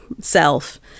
self